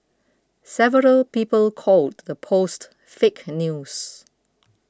several people called the post fake news